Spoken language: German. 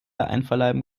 einverleiben